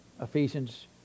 Ephesians